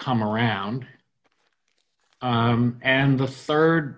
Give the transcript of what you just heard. come around and the rd